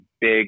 big